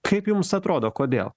kaip jums atrodo kodėl